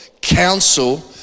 counsel